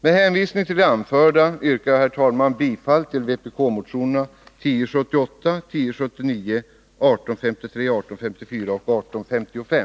Med hänvisning till det anförda yrkar jag, herr talman, bifall till vpk-motionerna 1078, 1079, 1853, 1854 och 1855.